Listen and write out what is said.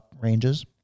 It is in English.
ranges